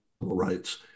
rights